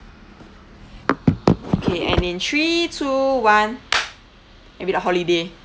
okay and in three two one and read out holiday